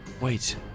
Wait